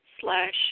slash